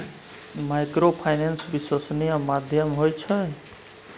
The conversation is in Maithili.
माइक्रोफाइनेंस विश्वासनीय माध्यम होय छै?